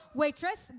waitress